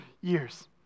years